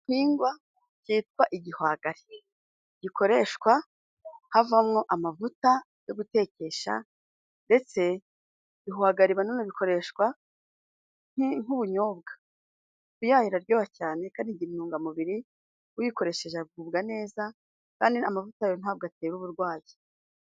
Igihingwa kitwa igihwagari. Gikoreshwa havamwo amavuta yo gutekesha, ndetse ibihwagari na none bikoreshwa nk'ubunyobwa. Ifu yayo iraryoha cyane kandi igira intungamubiri. Uyikoresheje agubwa neza kandi amavuta yayo ntabwo atera uburwayi.